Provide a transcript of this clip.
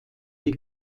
die